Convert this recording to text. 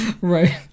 Right